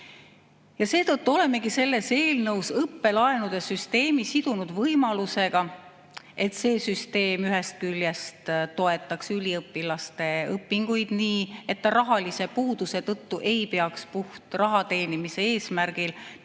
Seetõttu olemegi selles eelnõus õppelaenude süsteemi sidunud võimalusega, et see süsteem ühest küljest toetab üliõpilase õpinguid nii, et ta raha puuduse tõttu ei pea puht raha teenimise eesmärgil töötama